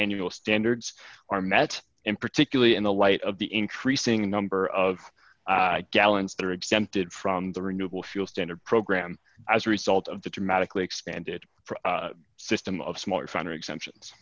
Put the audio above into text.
annual standards are met and particularly in the light of the increasing number of gallons that are exempted from the renewable fuel standard program as a result of the dramatically expanded system of smaller finer exemptions